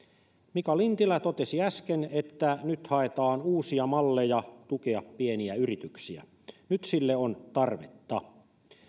mika lintilä totesi äsken että nyt haetaan uusia malleja tukea pieniä yrityksiä nyt sille on tarvetta